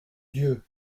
dieu